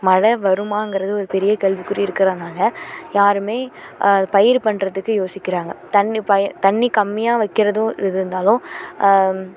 மழை வருமாங்கிறது ஒரு பெரிய கேள்விக்குறியாக இருக்கிறனால யாருமே பயிர் பண்ணுறதுக்கு யோசிக்கிறாங்க தண்ணி பயிர் தண்ணி கம்மியாக வைக்கிறதும் ஒரு இது இருந்தாலும்